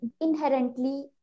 inherently